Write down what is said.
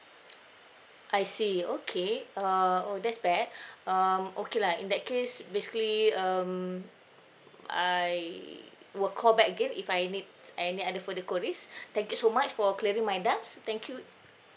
I see okay err oh that's bad um okay lah in that case basically um I will call back again if I need any other further queries thank you so much for clearing my doubts thank you